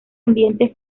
ambiente